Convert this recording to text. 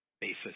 basis